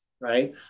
Right